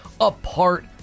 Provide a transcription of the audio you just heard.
apart